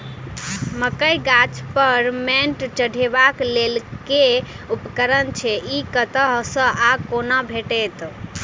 मकई गाछ पर मैंट चढ़ेबाक लेल केँ उपकरण छै? ई कतह सऽ आ कोना भेटत?